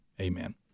Amen